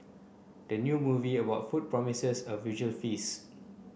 the new movie about food promises a visually feast